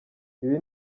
ibi